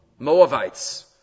Moavites